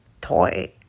toy